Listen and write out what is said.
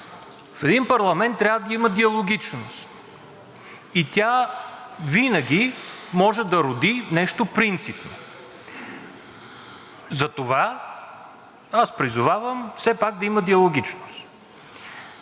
В един парламент трябва да има диалогичност и тя винаги може да роди нещо принципно. Затова аз призовавам все пак да има диалогичност!